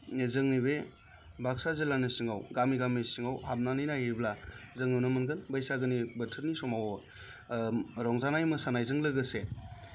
जोंनि बे बाक्सा जिल्लानि सिङाव गामि गामि सिङाव हाबनानै नायोब्ला जों नुनो मोनगोन बैसागोनि बोथोरनि समाव रंजानाय मोसानायजों लोगोसे